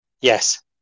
Yes